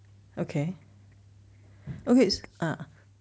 okay okay it's ah